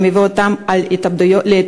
שמביא אותם להתאבדויות,